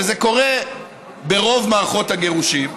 וזה קורה ברוב מערכות הגירושים,